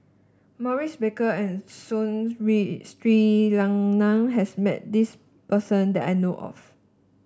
Maurice Baker and Soon Sri Lanang has met this person that I know of